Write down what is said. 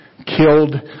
killed